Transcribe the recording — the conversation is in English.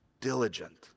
diligent